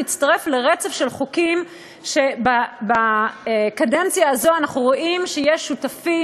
מצטרף לרצף של חוקים שבקדנציה הזאת אנחנו רואים ששותפים